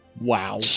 Wow